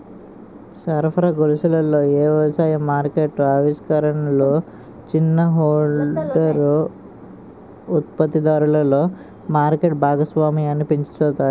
సరఫరా గొలుసులలో ఏ వ్యవసాయ మార్కెట్ ఆవిష్కరణలు చిన్న హోల్డర్ ఉత్పత్తిదారులలో మార్కెట్ భాగస్వామ్యాన్ని పెంచుతాయి?